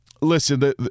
Listen